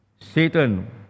Satan